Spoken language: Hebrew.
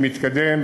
שמתקדם,